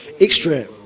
extra